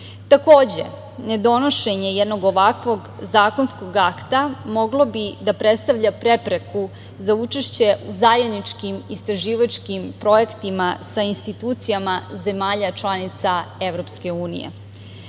nedonošenje jednog ovakvog zakonskog akta moglo bi da predstavlja prepreku za učešće u zajedničkim istraživačkim projektima sa institucijama zemalja članica EU. Mnogo